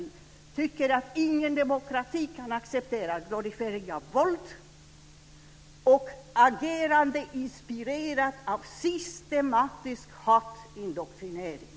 Vi tycker inte att någon demokrati kan acceptera en glorifiering av våld och ett agerande som är inspirerat av en systematisk hatindoktrinering.